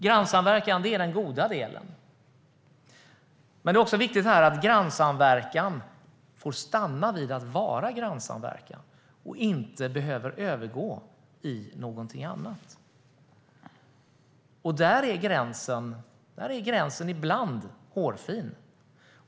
Grannsamverkan är den goda delen. Men det är också viktigt att grannsamverkan får stanna vid att vara grannsamverkan och inte behöver övergå i någonting annat. Där är gränsen ibland hårfin.